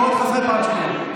אני קורא אותך לסדר פעם שנייה.